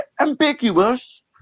Ambiguous